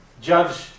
judge